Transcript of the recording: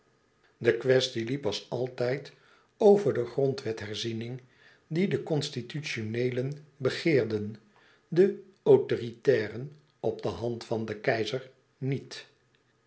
de quaestie liep als altijd over de grondwetherziening die de constitutioneelen begeerden de autoritairen op de hand van den keizer niet